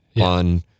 on